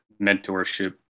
mentorship